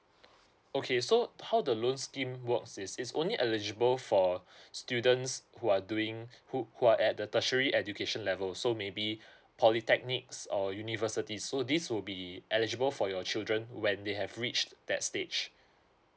okay so how the loans scheme works is it's only eligible for students who are doing who who are at the tertiary education level so maybe polytechnics or university so this will be eligible for your children when they have reached that stage